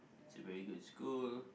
it's a very good school